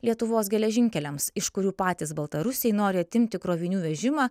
lietuvos geležinkeliams iš kurių patys baltarusiai nori atimti krovinių vežimą